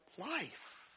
life